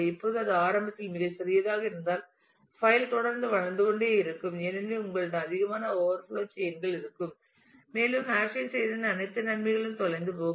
இப்போது அது ஆரம்பத்தில் மிகச் சிறியதாக இருந்தால் பைல் தொடர்ந்து வளர்ந்து கொண்டே இருக்கும் ஏனெனில் உங்களிடம் அதிகமான ஓவர்ஃப்லோ செயின்கள் இருக்கும் மேலும் ஹாஷிங் செய்ததன் அனைத்து நன்மைகளும் தொலைந்து போகும்